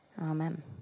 Amen